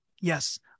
yes